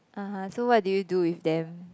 (uh huh) so what did you do with them